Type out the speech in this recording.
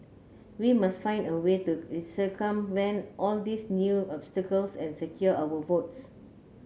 we must find a way to circumvent all these new obstacles and secure our votes